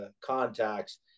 contacts